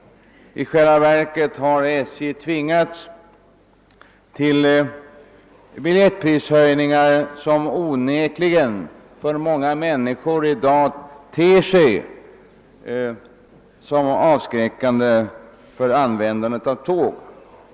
I själva verket har SJ tvingats till biljettprishöjningar som i dag onekligen avskräcker många människor från att använda tåg.